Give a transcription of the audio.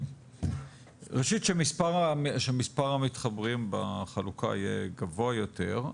ראשית שמספר המתחברים בחלוקה יהיה גבוה יותר,